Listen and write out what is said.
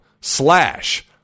slash